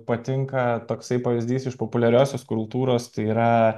patinka toksai pavyzdys iš populiariosios kultūros tai yra